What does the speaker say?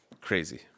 Crazy